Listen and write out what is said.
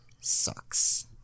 sucks